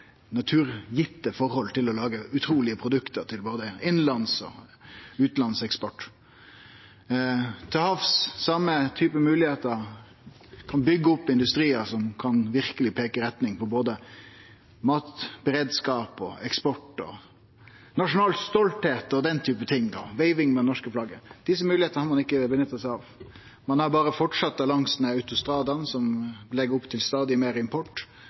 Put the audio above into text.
naturgitte forhold for å lage utrulege produkt til både innanlandsk bruk og utanlands eksport. Til havs har vi same mogelegheit til å byggje opp industriar som verkeleg kan peike retninga for både matberedskap, eksport og nasjonal stoltheit og slikt – veiving med det norske flagget. Desse mogelegheitene har ein ikkje nytta seg av. Ein har berre fortsett langs autostradaen, som legg opp til stadig meir import,